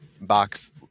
box